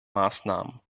maßnahmen